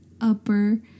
upper